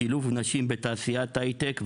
שילוב נשים בתעשיית הייטק,